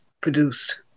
produced